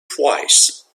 twice